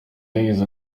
yagize